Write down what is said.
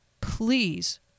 please